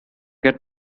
get